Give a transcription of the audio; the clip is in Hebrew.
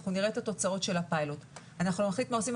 אנחנו נראה את התוצאות של הפיילוט ואנחנו נחליט מה אנחנו עושים.